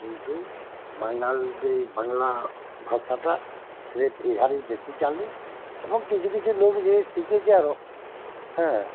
কিন্তু বাঙ্গালদের বাংলা ভাষাটা স্রেফ এধারেই বেশি চালু এবং কিছু কিছু লোক যে শিখেছে আরও হ্যাঁ